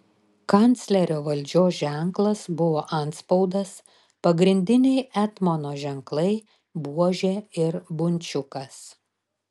kanclerio valdžios ženklas buvo antspaudas pagrindiniai etmono ženklai buožė ir bunčiukas